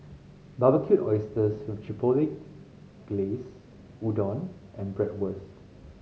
Barbecued Oysters with Chipotle Glaze Udon and Bratwurst